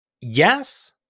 yes